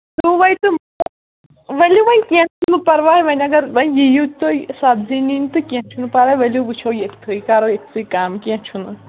ترٛووے تہٕ ؤلِو وۅنۍ کیٚنٛہہ چھُنہٕ پَرواے وۅنۍ اَگر تۄہہِ وۅنۍ ییِو تُہۍ سَبزی نِنۍ تہٕ کیٚنٛہہ چھُنہٕ پَرواے ؤلِو وُچھَو ییٚتھٕے کَرو ییٚتہٕ تھٕے کَم کیٚنٛہہ چھُنہٕ